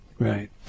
Right